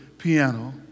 piano